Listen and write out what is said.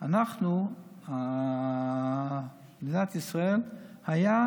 אנחנו, מדינת ישראל הייתה